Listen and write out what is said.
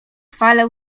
fale